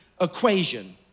equation